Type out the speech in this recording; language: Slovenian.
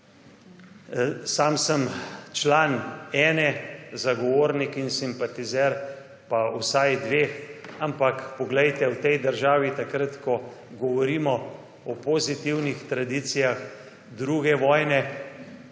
sam sem član ene, zagovornik in simpatizer pa vsaj dveh. Ampak, poglejte, v tej državi takrat, ko govorimo o pozitivnih tradicijah druge vojne,